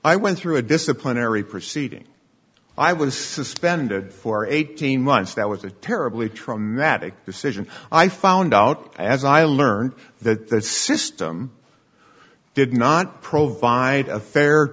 i went through a disciplinary proceeding i was suspended for eighteen months that was a terribly traumatic decision i found out as i learned that that system did not provide a fair